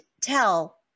tell